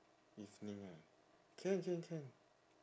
evening ah can can can